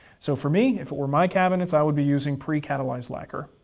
so for me, if it were my cabinets i would be using pre-catalyzed lacquer.